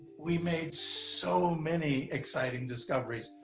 we made so many exciting discoveries.